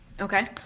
Okay